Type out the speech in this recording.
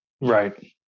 Right